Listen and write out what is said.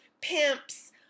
pimps